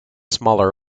smaller